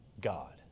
God